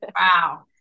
Wow